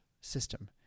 system